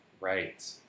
Right